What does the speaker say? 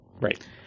right